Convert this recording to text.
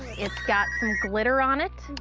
it's got some glitter on it,